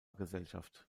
gesellschaft